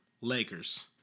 Lakers